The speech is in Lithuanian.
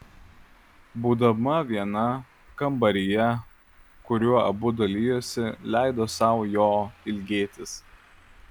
būdama viena kambaryje kuriuo abu dalijosi leido sau jo ilgėtis